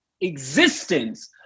existence